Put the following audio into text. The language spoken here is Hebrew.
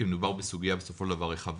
כי מדובר בסופו של דבר בסוגיה רחבה,